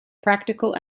practical